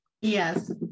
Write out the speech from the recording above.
Yes